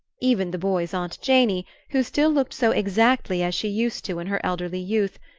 even the boy's aunt janey, who still looked so exactly as she used to in her elderly youth,